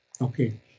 Okay